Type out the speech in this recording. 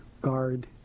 guard